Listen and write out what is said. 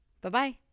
Bye-bye